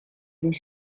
this